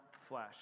flesh